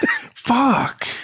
fuck